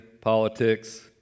politics